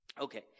Okay